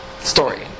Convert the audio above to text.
story